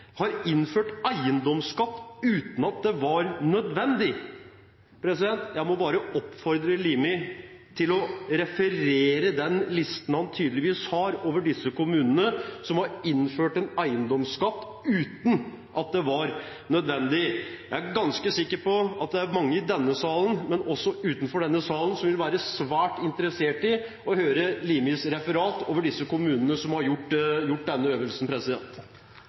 har innført eiendomsskatt uten at det var nødvendig. Jeg må bare oppfordre representanten Limi til å referere den listen han tydeligvis har over disse kommunene som har innført eiendomsskatt uten at det var nødvendig. Jeg er ganske sikker på at det er mange i denne salen, men også utenfor denne salen, som vil være svært interessert i å høre representanten Limi referere de kommunene som har gjort denne øvelsen.